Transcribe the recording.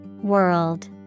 World